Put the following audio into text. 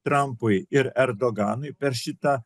trampui ir erdoganui per šitą